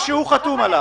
מה שהוא חתום עליו.